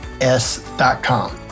s.com